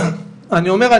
אני אומר,